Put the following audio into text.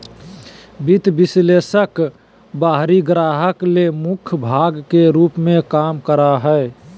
वित्तीय विश्लेषक बाहरी ग्राहक ले मुख्य भाग के रूप में काम करा हइ